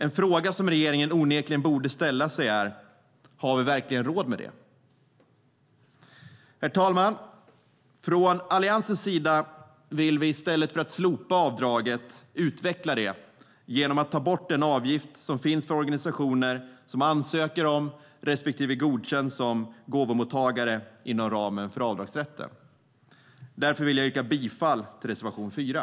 En fråga som regeringen onekligen borde ställa sig är: Har vi verkligen råd med det? Herr talman! Från Alliansens sida vill vi i stället för att slopa avdraget utveckla det genom att ta bort den avgift som finns för organisationer som ansöker om att få bli respektive godkänns som gåvomottagare inom ramen för avdragsrätten. Därför vill jag yrka bifall till reservation 4.